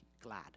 glad